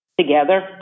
together